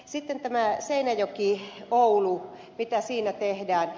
sitten tämä seinäjokioulu mitä siinä tehdään